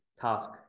task